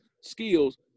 skills